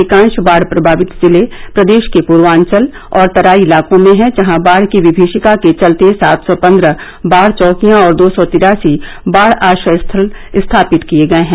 अधिकांश बाढ़ प्रभावित जिले प्रदेश के पूर्वांचल और तराई इलाकों में हैं जहां बाढ़ की विभीषिका के चलते सात सौ पन्द्रह बाढ़ चौकियां और दो सौ तिरासी बाढ़ आश्रय स्थल स्थापित किए गए हैं